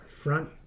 Front